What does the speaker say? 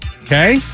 Okay